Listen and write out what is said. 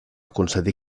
concedir